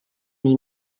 nii